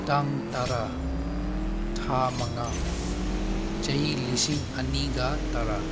ꯇꯥꯡ ꯇꯔꯥ ꯊꯥ ꯃꯉꯥ ꯆꯍꯤ ꯂꯤꯁꯤꯡ ꯑꯅꯤꯒ ꯇꯔꯥ